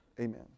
amen